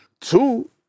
Two